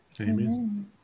Amen